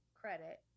credit